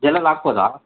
ಜಲ್ಲೆಲ್ಲ ಹಾಕ್ಬೋದಾ